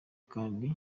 kandi